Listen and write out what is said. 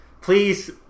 please